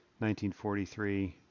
1943